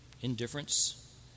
indifference